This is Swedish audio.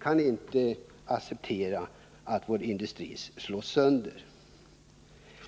kan inte acceptera att vår industri slås sönder.